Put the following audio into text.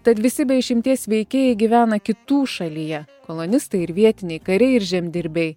tad visi be išimties veikėjai gyvena kitų šalyje kolonistai ir vietiniai kariai ir žemdirbiai